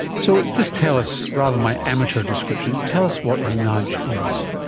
so just tell us, rather than my amateur description, tell us what a nudge is.